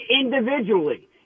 individually